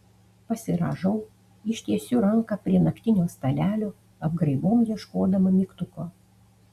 pasirąžau ištiesiu ranką prie naktinio stalelio apgraibom ieškodama mygtuko